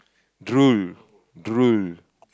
drool drool